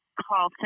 call